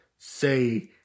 Say